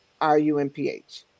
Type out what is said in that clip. R-U-M-P-H